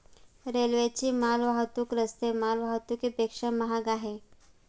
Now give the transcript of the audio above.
रेल्वेची माल वाहतूक रस्ते माल वाहतुकीपेक्षा महाग आहे